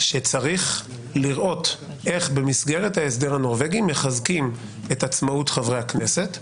שצריך לראות איך במסגרת ההסדר הנורבגי מחזקים את עצמאות חברי הכנסת,